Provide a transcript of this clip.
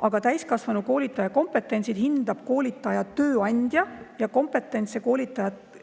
Aga täiskasvanute koolitaja kompetentsi hindab koolitaja tööandja ja kompetentsete koolitajate